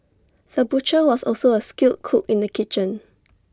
the butcher was also A skilled cook in the kitchen